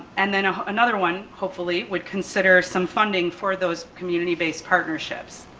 and then ah another one, hopefully would consider some funding for those community based partnerships.